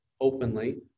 openly